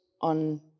on